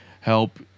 help